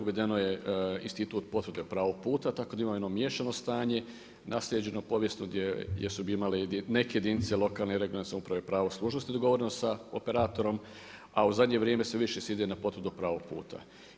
Uvedeno je Institut potvrde pravo puta, tako da ima jedno miješano stanje naslijeđeno povijesno gdje su imale neke jedinice lokalne i regionalne samouprave pravo služnosti dogovoreno sa operatorom, a u zadnje vrijeme se više ide na potvrdu pravog puta.